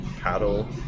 paddle